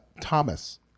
Thomas